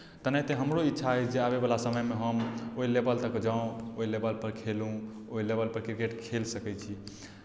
तेनाहिते हमरहु इच्छा अछि जे आबयवला समयमे हम ओहि लेवल तक जाउ ओहि लेवलपर खेलू ओहि लेवलपर क्रिकेट खेल सकैत छी